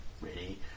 ready